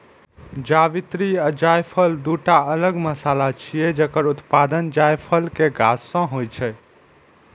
जावित्री आ जायफल, दूटा अलग मसाला छियै, जकर उत्पादन जायफल के गाछ सं होइ छै